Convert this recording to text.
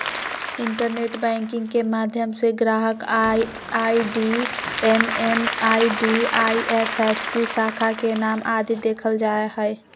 internet banking के माध्यम से ग्राहक आई.डी एम.एम.आई.डी, आई.एफ.एस.सी, शाखा के नाम आदि देखल जा हय